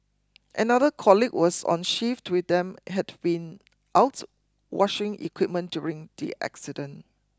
another colleague was on shift with them had been out washing equipment during the accident